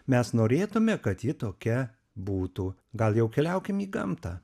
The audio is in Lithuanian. mes norėtume kad ji tokia būtų gal jau keliaukim į gamtą